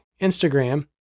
Instagram